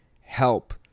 help